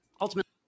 Ultimately